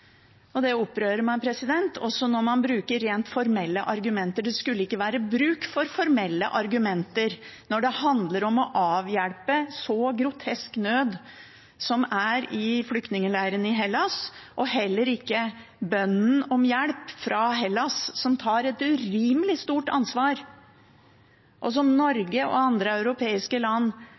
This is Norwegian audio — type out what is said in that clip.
Det opprører meg også at man bruker rent formelle argumenter. Det skulle ikke være bruk for formelle argumenter når det handler om å avhjelpe så grotesk nød som det er i flyktningleirene i Hellas, og heller ikke når det gjelder bønnen om hjelp fra Hellas, som tar et urimelig stort ansvar, noe Norge og andre europeiske land